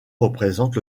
représente